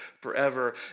forever